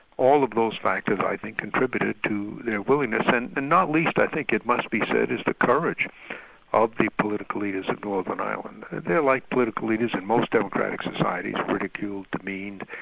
all of those factors i think, contributed to their willingness and and not least i think it must be said, is the courage of the political leaders of northern ireland. and they're like political leaders in most democratic societies, ridiculed, demeaned,